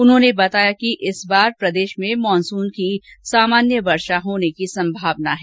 उन्होंने बताया कि इस बार प्रदेश में मानसून की लगभग सामान्य वर्षा होने की संभावना है